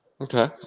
Okay